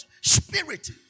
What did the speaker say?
Spirit